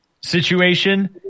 situation